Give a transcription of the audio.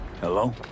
Hello